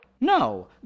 No